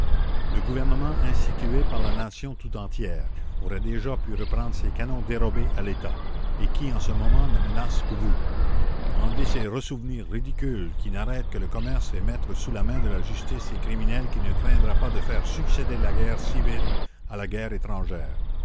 le gouvernement institué par la nation tout entière aurait déjà pu reprendre ses canons dérobés à l'etat et qui en ce moment ne menacent que vous enlever ces ressouvenirs ridicules qui n'arrêtent que le commerce et mettre sous la main de la justice ces criminels qui ne craindraient pas de faire succéder la guerre civile à la guerre étrangère